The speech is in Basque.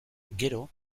gero